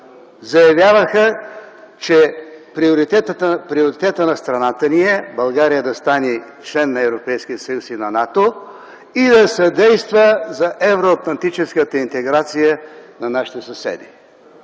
заявяваха, че приоритет на страната ни е България да стане член на Европейския съюз и на НАТО и да съдейства за евроатлантическата интеграция на нашите съседи.